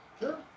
Sure